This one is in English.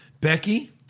Becky